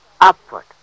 upward